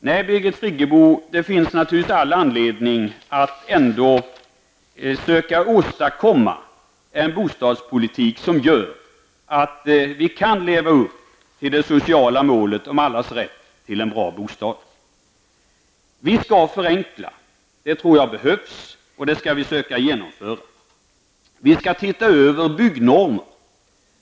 Nej, Birgit Friggebo, det finns naturligtvis all anledning att söka åstadkomma en bostadspolitik som gör att vi kan leva upp till det sociala målet om allas rätt till en bra bostad. Vi skall förenkla. Det tror jag behövs. Det skall vi söka genomföra. Vi skall titta över byggnormen.